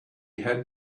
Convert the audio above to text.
had